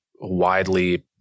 widely